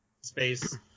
space